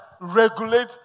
regulate